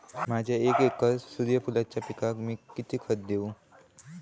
माझ्या एक एकर सूर्यफुलाच्या पिकाक मी किती खत देवू?